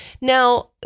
Now